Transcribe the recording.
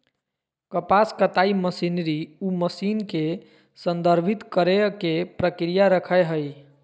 कपास कताई मशीनरी उ मशीन के संदर्भित करेय के प्रक्रिया रखैय हइ